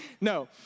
no